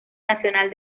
nacional